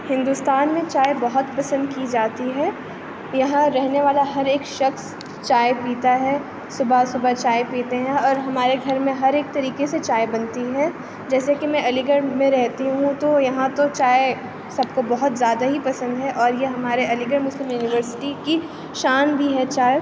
ہندوستان میں چائے بہت پسند کی جاتی ہے یہاں رہنے والا ہر ایک شخص چائے پیتا ہے صبح صبح چائے پیتے ہیں اور ہمارے گھر میں ہر ایک طریقے سے چائے بنتی ہے جیسے کہ میں علی گڑھ میں رہتی ہوں تو یہاں تو چائے سب کو بہت زیادہ ہی پسند ہے اور یہ ہمارے علی گڑھ مسلم یونیورسٹی کی شان بھی ہے چائے